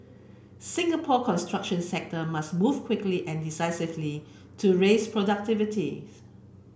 Singapore construction sector must move quickly and decisively to raise productivities